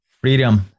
Freedom